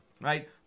right